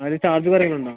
അതിന് ചാർജ് കുറയുന്നുണ്ടോ